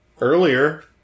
Earlier